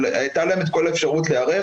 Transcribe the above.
אבל הייתה להם כל האפשרות להיערך,